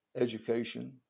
education